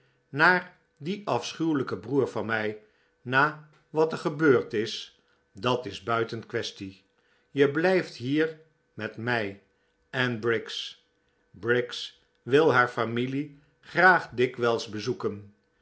naar dien afschuwelijken broer van mij na wat er gebeurd is dat is buiten quaestie je blijft hier met mij en briggs briggs wil haar familie graag dikwijls bezoeken